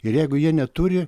ir jeigu jie neturi